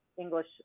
English